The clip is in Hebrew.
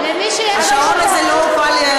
השעון הזה לא הופעל,